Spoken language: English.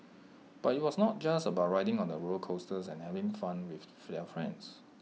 but IT was not just about riding on the roller coasters and having fun with their friends